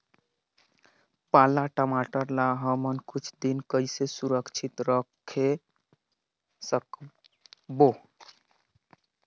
पाला टमाटर ला हमन कुछ दिन कइसे सुरक्षित रखे सकबो?